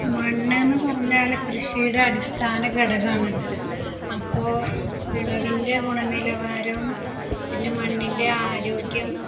മണ്ണെന്നു പറഞ്ഞാല് കൃഷിയുടെ അടിസ്ഥാനഘടകമാണല്ലോ അപ്പോള് വിളവിൻ്റെ ഗുണനിലവാരവും പിന്നെ മണ്ണിൻ്റെ ആരോഗ്യം